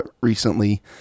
recently